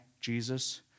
Jesus